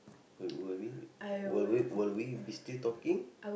will will we will we will we be still talking